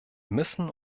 müssen